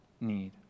need